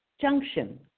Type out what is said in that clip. junction